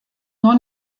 nur